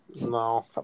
No